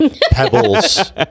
Pebbles